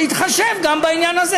להתחשב גם בעניין הזה,